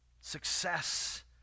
Success